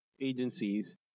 Agencies